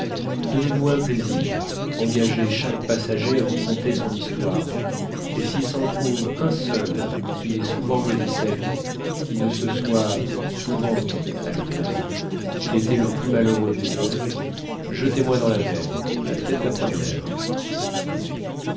donnez-vous un plaisir engagez chaque passager à vous conter son histoire et s'il s'en trouve un seul qui n'ait souvent maudit sa vie qui ne se soit souvent dit à lui-même qu'il était le plus malheureux des hommes jetez moi dans la mer la tête la première